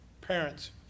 parents